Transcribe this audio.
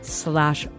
slash